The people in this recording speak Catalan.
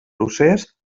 procés